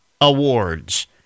Awards